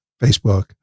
Facebook